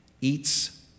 eats